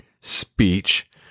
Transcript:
speech